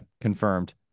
Confirmed